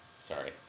Sorry